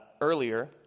earlier